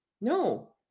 no